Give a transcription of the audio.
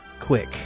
quick